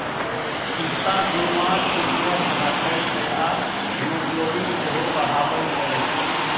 पिस्ता दिमाग केँ स्वस्थ रखै छै आ हीमोग्लोबिन सेहो बढ़ाबै छै